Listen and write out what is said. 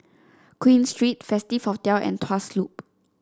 Queen Street Festive Hotel and Tuas Loop